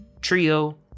trio